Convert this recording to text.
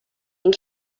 این